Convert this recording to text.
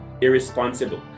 irresponsible